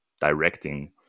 directing